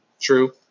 True